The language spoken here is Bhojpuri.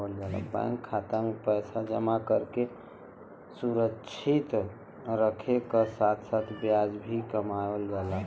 बैंक खाता में पैसा जमा करके पैसा क सुरक्षित रखे क साथ साथ ब्याज भी कमावल जाला